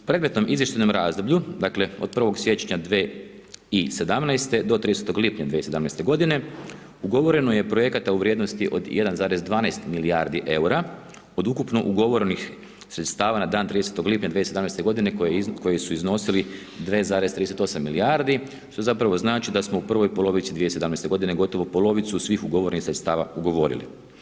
U predmetnom izvještajnom razdoblju, dakle od 1. siječnja 2017. do 30. lipnja 2017. godine, ugovoreno je projekata u vrijednosti od 1,12 milijardi eura, od ukupno ugovorenih sredstava na dan 30. lipnja 2017. g. koje su iznosili … milijardi, što zapravo znači da smo u prvoj polovici 2017. g. gotovo polovicu svih ugovorenih sredstava ugovorili.